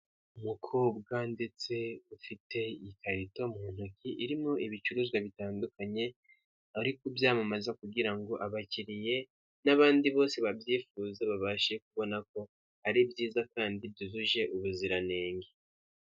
Umukobwa ndetse ufite ikarito mu ntoki irimo ibicuruzwa bitandukanye, ari kubyamamaza kugira ngo abakiriya, n'abandi bose babyifuza babashe kubona ko ari byiza kandi byujuje ubuziranenge.